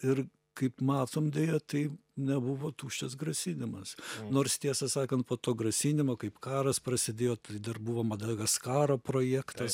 ir kaip matom deja tai nebuvo tuščias grasinimas nors tiesą sakant po to grasinimo kaip karas prasidėjo tai dar buvo madagaskaro projektas